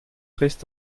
frisst